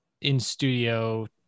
in-studio